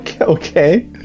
Okay